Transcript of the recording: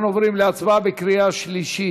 אנחנו עוברים להצבעה בקריאה שלישית.